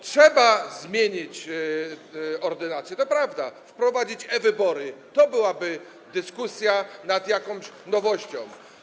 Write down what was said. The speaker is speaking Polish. Trzeba zmienić ordynację, to prawda, wprowadzić e-wybory, to byłaby dyskusja nad jakąś nowością.